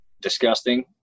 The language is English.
disgusting